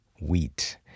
wheat